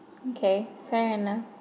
okay fair enough